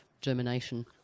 germination